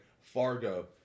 Fargo